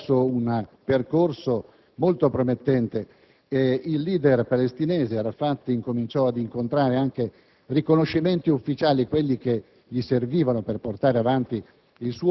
verso un percorso molto promettente. Il *leader* palestinese Arafat cominciò ad incontrare anche riconoscimenti ufficiali, quelli che gli servivano per portare avanti